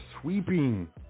sweeping